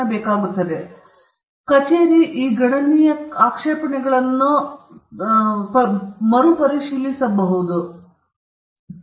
ಈ ಎಲ್ಲಾ ಸಂದರ್ಭಗಳಲ್ಲಿ ಕಚೇರಿ ಈ ಗಣನೀಯ ಆಕ್ಷೇಪಣೆಗಳನ್ನು ಹೆಚ್ಚಿಸುತ್ತದೆ ಮತ್ತು ಈ ಗಣನೀಯ ಆಕ್ಷೇಪಣೆಗಳು ಮತ್ತು ಈ ಗಣನೀಯ ಆಕ್ಷೇಪಣೆಗಳು ಅವುಗಳನ್ನು ಪಡೆಯಲು ಸಮಯ ತೆಗೆದುಕೊಳ್ಳುತ್ತದೆ